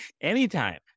Anytime